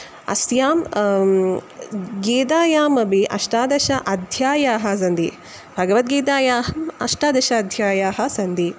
अस्यां गीतायामबि अष्टादश अध्यायाः सन्ति भगवद्गीतायाः अष्टादश अध्यायाः सन्ति